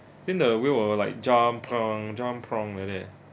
then the whale will will like jump jump like that